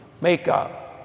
makeup